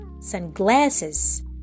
sunglasses